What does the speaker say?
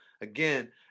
Again